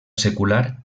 secular